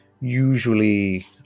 usually